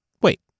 Wait